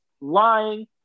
lying